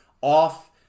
off